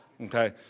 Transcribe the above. okay